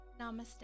Namaste